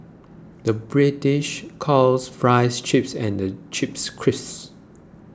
the British calls Fries Chips and Chips Crisps